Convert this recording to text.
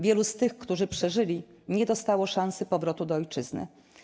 Wielu z tych, którzy przeżyli, nie dostało szansy powrotu do Ojczyzny.